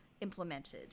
implemented